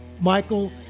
Michael